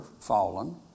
fallen